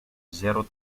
zéro